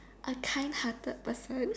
a kind hearted person